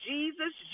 Jesus